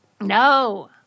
No